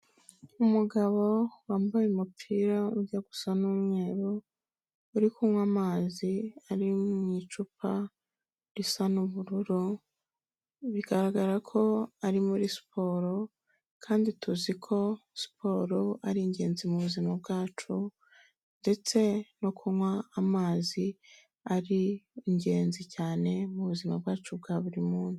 Umugabo wambaye umupira ujya gusa n'umweru, uri kunywa amazi ari mu icupa risa n'ubururu, bigaragara ko ari muri siporo kandi tuziko siporo ari ingenzi mu buzima bwacu ndetse no kunywa amazi ari ingenzi cyane mu buzima bwacu bwa buri muntu.